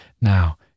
Now